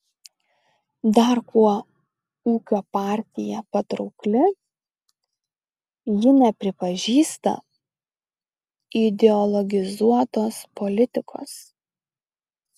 dar kuo ūkio partija patraukli ji nepripažįsta ideologizuotos politikos